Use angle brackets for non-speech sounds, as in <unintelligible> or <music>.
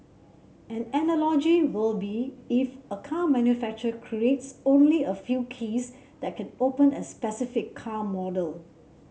an analogy will be if a car manufacture <unintelligible> only a few keys that can open a specific car model